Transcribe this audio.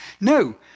No